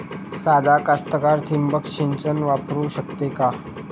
सादा कास्तकार ठिंबक सिंचन वापरू शकते का?